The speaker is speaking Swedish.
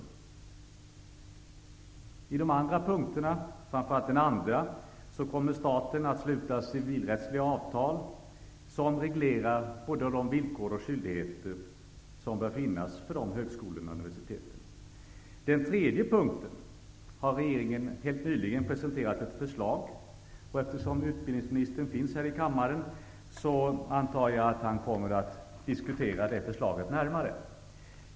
Vad gäller de övriga punkterna, framför allt den andra, kommer staten att sluta civilrättsliga avtal, som reglerar både de villkor och de skyldigheter som bör finnas för de högskolorna och universiteten. I fråga om den tredje punkten har regeringen helt nyligen presenterat ett förslag, och eftersom utbildningsministern finns här i kammaren, antar jag att han kommer att diskutera det förslaget närmare.